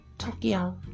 Tokyo